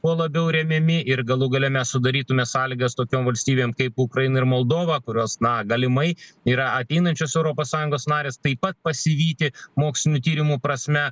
kuo labiau remiami ir galų gale mes sudarytume sąlygas tokiom valstybėm kaip ukraina ir moldova kurios na galimai yra ateinančios europos sąjungos narės taip pat pasivyti mokslinių tyrimų prasme